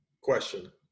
question